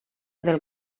del